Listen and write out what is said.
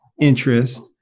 interest